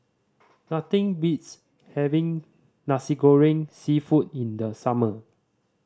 nothing beats having Nasi Goreng Seafood in the summer